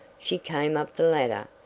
she came up the ladder,